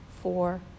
four